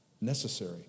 necessary